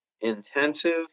intensive